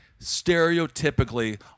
stereotypically